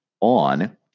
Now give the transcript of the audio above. on